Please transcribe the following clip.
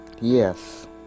Yes